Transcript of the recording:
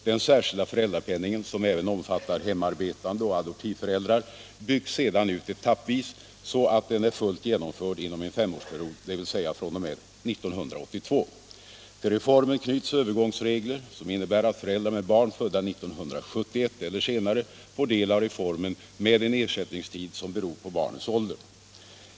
Den särskilda föräldrapenningen, som även omfattar hemarbetande och adoptivföräldrar, byggs sedan ut etappvis så att den är fullt genomförd inom en femårsperiod, dvs. fr.o.m. 1982. Till reformen knyts övergångsregler som innebär att föräldrar med barn födda 1971 eller senare får del av reformen med en ersättningstid som beror på barnets ålder.